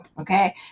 okay